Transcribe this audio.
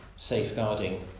safeguarding